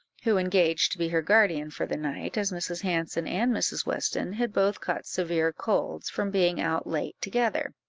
who engaged to be her guardian for the night, as mrs. hanson and mrs. weston had both caught severe colds, from being out late together.